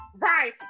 right